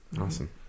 Awesome